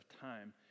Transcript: time